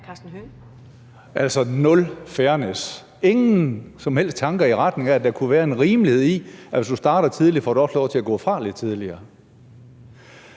Altså nul fairness, ingen som helst tanker, i retning af at der kunne være en urimelighed i, at hvis du starter tidligt, får du også lov til at gå fra lidt tidligere.